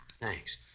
Thanks